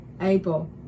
Abel